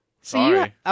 Sorry